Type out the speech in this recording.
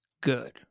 good